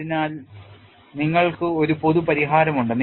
അതിനാൽ നിങ്ങൾക്ക് ഒരു പൊതു പരിഹാരമുണ്ട്